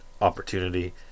opportunity